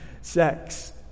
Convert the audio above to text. sex